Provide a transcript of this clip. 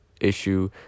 issue